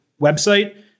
website